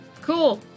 cool